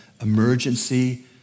emergency